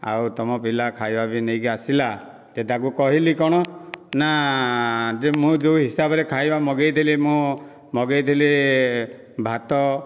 ଆଉ ତମ ପିଲା ଖାଇବା ବି ନେଇକି ଆସିଲା ଯେ ତାକୁ କହିଲି କଣ ନା ଯେ ମୁଁ ଯେଉଁ ହିସାବରେ ଖାଇବା ମଗେଇଥିଲି ମୁଁ ମଗେଇ ଥିଲି ଭାତ